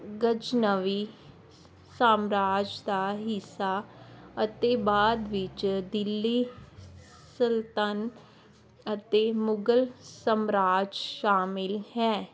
ਗਜਨਵੀਂ ਸਾਮਰਾਜ ਦਾ ਹਿੱਸਾ ਅਤੇ ਬਾਅਦ ਵਿੱਚ ਦਿੱਲੀ ਸੁਲਤਾਨ ਅਤੇ ਮੁਗਲ ਸਮਰਾਜ ਸ਼ਾਮਿਲ ਹੈ